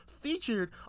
featured